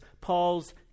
Paul's